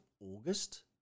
August